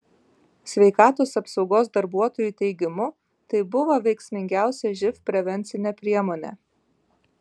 sveikatos apsaugos darbuotojų teigimu tai buvo veiksmingiausia živ prevencinė priemonė